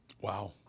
Wow